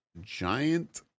Giant